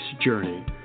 journey